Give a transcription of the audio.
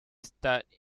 start